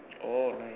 oh not yet